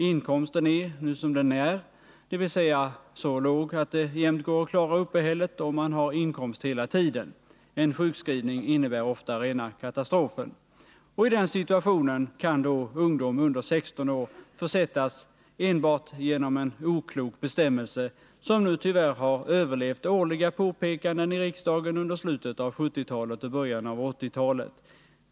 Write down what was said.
Inkomsten är nu som den är — dvs. så låg att det jämnt upp går att klara uppehället om man har inkomst hela tiden. En sjukskrivning innebär ofta rena katastrofen. I den situationen kan då ungdom under 16 år försättas enbart genom en oklok bestämmelse, som nu tyvärr har överlevt årliga påpekanden i riksdagen under slutet av 1970-talet och början av 1980-talet.